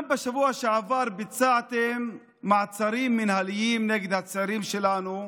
בשבוע שעבר גם ביצעתם מעצרים מינהליים נגד הצעירים שלנו,